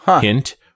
hint